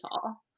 tall